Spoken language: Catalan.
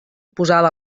posada